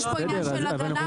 יש פה עניין של הגנה.